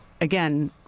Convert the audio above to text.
again